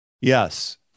Yes